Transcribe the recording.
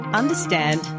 understand